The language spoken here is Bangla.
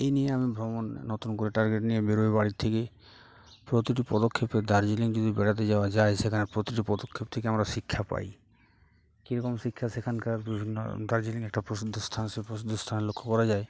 এই নিয়ে আমি ভ্রমণ নতুন করে টার্গেট নিয়ে বেরোই বাড়ির থেকে প্রতিটি পদক্ষেপে দার্জিলিং যদি বেড়াতে যাওয়া যায় সেখানে প্রতিটি পদক্ষেপ থেকে আমরা শিক্ষা পাই কীরকম শিক্ষা সেখানকার বিভিন্ন দার্জিলিং একটা প্রসিদ্ধ স্থান সে প্রসিদ্ধ স্থানে লক্ষ্য করা যায়